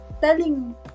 telling